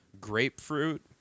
grapefruit